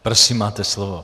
Prosím, máte slovo.